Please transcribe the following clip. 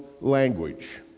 language